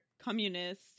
communist